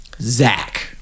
Zach